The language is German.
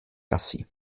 gassi